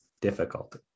difficult